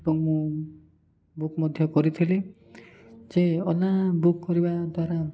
ଏବଂ ମୁଁ ବୁକ୍ ମଧ୍ୟ କରିଥିଲି ଯେ ଓଲା ବୁକ୍ କରିବା ଦ୍ୱାରା